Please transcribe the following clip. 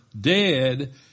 dead